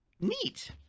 Neat